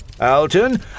Alton